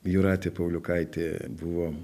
jūratė pauliukaitė buvo